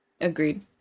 agreed